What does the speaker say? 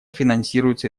финансируется